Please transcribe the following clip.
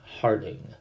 Harding